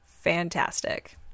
fantastic